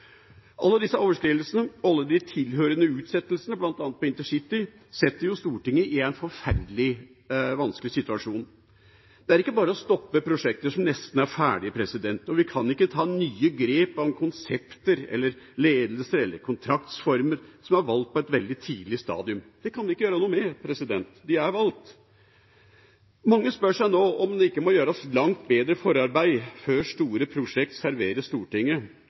Alle disse overskridelsene, alle de tilhørende utsettelsene, bl.a. på intercity, setter Stortinget i en forferdelig vanskelig situasjon. Det er ikke bare å stoppe prosjekter som nesten er ferdige, og vi kan ikke ta nye grep om konsepter eller ledelse eller kontraktsformer som er valgt på et veldig tidlig stadium. Det kan vi ikke gjøre noe med, de er valgt. Mange spør seg nå om det ikke må gjøres langt bedre forarbeid før store prosjekter serveres Stortinget